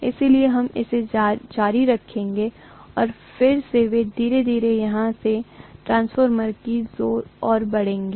इसलिए हम इसे जारी रखेंगे और फिर वे धीरे धीरे यहां से ट्रांसफॉर्मरों की ओर बढ़ेंगे